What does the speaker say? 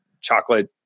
chocolate